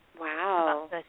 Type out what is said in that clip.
Wow